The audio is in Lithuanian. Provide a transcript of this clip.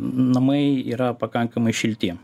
namai yra pakankamai šilti